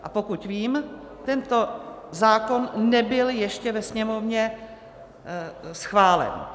A pokud vím, tento zákon nebyl ještě ve Sněmovně schválen.